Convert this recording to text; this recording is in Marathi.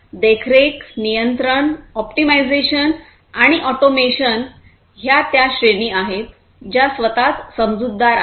तर देखरेख नियंत्रण ऑप्टिमायझेशन आणि ऑटोमेशन ह्या त्या श्रेणी आहेत ज्या स्वत च समजूतदार आहेत